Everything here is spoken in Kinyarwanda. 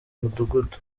mudugudu